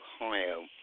Ohio